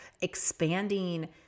expanding